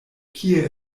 kie